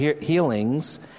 healings